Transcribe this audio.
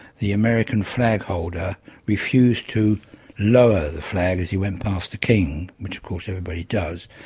the american flag holder refused to lower the flag as he went past the king, which of course everybody does,